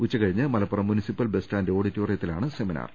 ഉച്ചകഴിഞ്ഞ് Malappuram municipal bus stand ഓഡിറ്റോറിയ ത്തിലാണ് സെമിനാർ